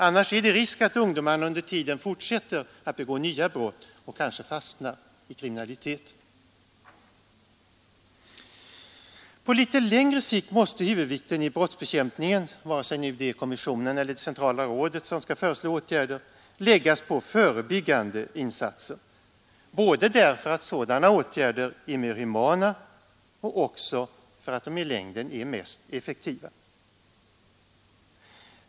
Annars är det risk för att ungdomarna under tiden fortsätter att begå brott och kanske fastnar i kriminalitet. På litet längre sikt måste huvudvikten i brottsbekämpningen, vare sig det är kommissionen eller det centrala rådet som skall föreslå åtgärder, läggas på förebyggande insatser, både därför att sådana åtgärder är mera humana och därför att de i längden är mest effektiva.